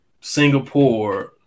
singapore